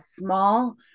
small